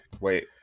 wait